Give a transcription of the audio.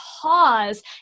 pause